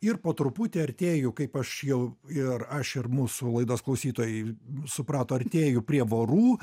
ir po truputį artėju kaip aš jau ir aš ir mūsų laidos klausytojai suprato artėju prie vorų